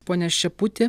pone šeputi